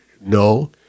No